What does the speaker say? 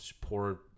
poor